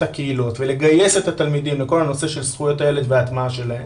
הקהילות ולגייס את התלמידים לכל הנושא של זכויות הילד וההטמעה שלהן.